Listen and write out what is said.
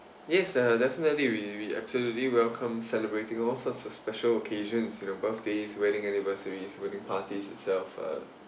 yes uh definitely we absolutely welcome celebrating all sorts of special occasions you know birthdays wedding anniversaries wedding parties itself uh